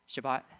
Shabbat